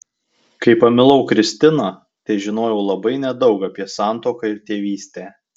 kai pamilau kristiną težinojau labai nedaug apie santuoką ir tėvystę